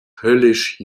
höllisch